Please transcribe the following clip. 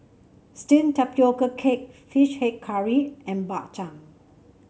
steamed Tapioca Cake fish head curry and Bak Chang